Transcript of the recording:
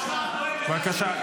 בבקשה.